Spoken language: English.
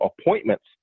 appointments